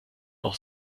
noch